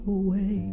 away